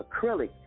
acrylic